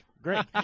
Great